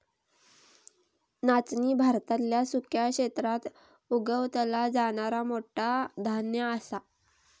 नाचणी भारतातल्या सुक्या क्षेत्रात उगवला जाणारा मोठा धान्य असा